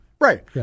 Right